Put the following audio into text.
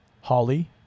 Holly